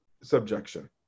subjection